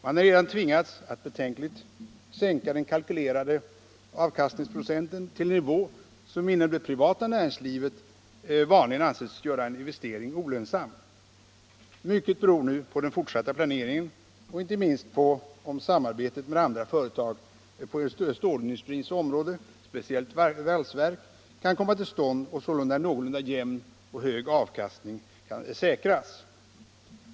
Man har redan tvingats att betänkligt sänka den kalkylerade avkastningsprocenten till en nivå som inom det privata näringslivet vanligen anses göra en investering olönsam. Mycket beror nu på den fortsatta planeringen och inte minst på om samarbetet med andra företag på stålindustrins område, speciellt valsverk, kan komma till stånd och sålunda en någorlunda jämn och hög avkastning kan säkras.